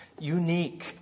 Unique